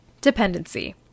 dependency